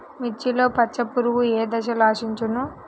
మిర్చిలో పచ్చ పురుగు ఏ దశలో ఆశించును?